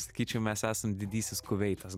sakyčiau mes esam didysis kuveitas